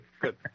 Good